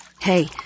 Hey